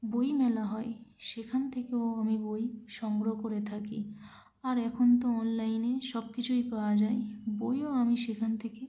বইমেলা হয় সেখান থেকেও আমি বই সংগ্রহ করে থাকি আর এখন তো অনলাইনে সব কিছুই পাওয়া যায় বইও আমি সেখান থেকে